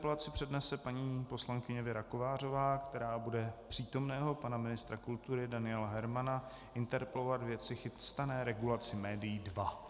Sedmou interpelaci přednese paní poslankyně Věra Kovářová, která bude přítomného pana ministra kultury Daniela Hermana interpelovat ve věci chystané regulace médií dva.